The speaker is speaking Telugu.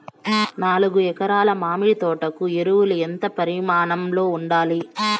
నాలుగు ఎకరా ల మామిడి తోట కు ఎరువులు ఎంత పరిమాణం లో ఉండాలి?